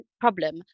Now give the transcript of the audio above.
problem